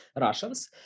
Russians